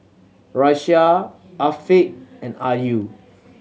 Raisya Afiq and Ayu